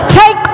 Take